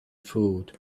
food